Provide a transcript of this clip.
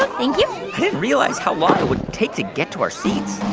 but thank you i didn't realize how long it would take to get to our seats